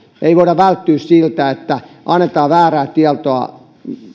ei voida välttyä siltä että annetaan väärää tietoa